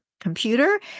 computer